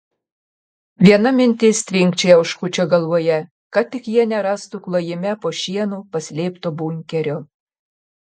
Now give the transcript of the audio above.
viena mintis tvinkčioja oškučio galvoje kad tik jie nerastų klojime po šienu paslėpto bunkerio